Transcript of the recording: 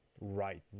right